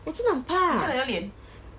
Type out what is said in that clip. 我真的很怕